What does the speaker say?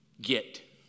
get